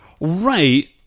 Right